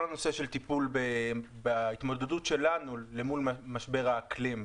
הנושא של טיפול בהתמודדות שלנו למול משבר האקלים.